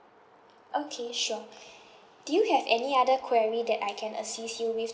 okay sure do you have any other query that I can assist you with today